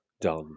done